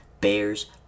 Bears